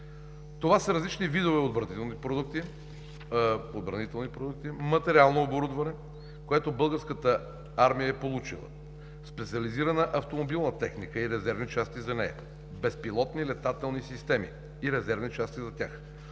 Това са различни видове отбранителни продукти, материално оборудване, което Българската армия е получила: специализирана автомобилна техника и резервни части за нея – безпилотни летателни системи и резервни части за тях,